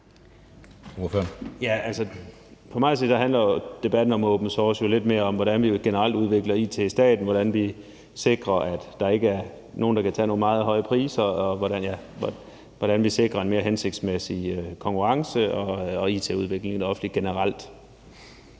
For mig at se handler debatten om open source jo lidt mere om, hvordan vi generelt udvikler it i staten, hvordan vi sikrer, at der ikke er nogen, der kan tage nogle meget høje priser, og hvordan vi sikrer en mere hensigtsmæssig konkurrence og it-udvikling i det offentlige generelt.